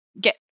get